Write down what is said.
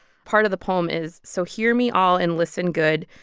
part of the poem is, so hear me all and listen good,